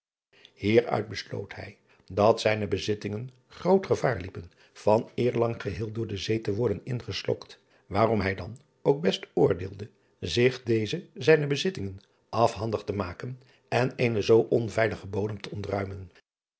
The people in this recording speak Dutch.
ier uit besloot hij dat zijne bezittingen groot gevaar liepen van eerlang geheel door de zee te worden ingeslokt waarom hij dan ook best oor driaan oosjes zn et leven van illegonda uisman deelde zich deze zijne bezittingen afhandig te maken en eenen zoo onveiligen bodem te ontruimen